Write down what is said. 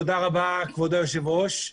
תודה רבה כבוד היושבת ראש.